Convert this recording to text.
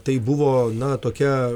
tai buvo na tokia